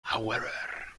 however